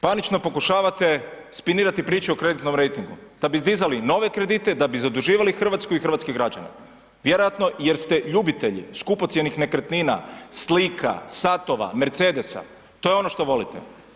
Panično pokušavate spinirati priču o kreditnom rejtingu, da bi dizali nove kredite, da bi zaduživali Hrvatsku i hrvatske građane, vjerojatno jer ste ljubitelji skupocjenih nekretnina, slika, satova, mercedesa to je ono što volite.